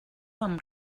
amb